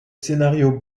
scénario